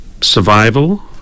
Survival